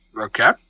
Okay